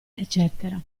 eccetera